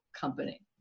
company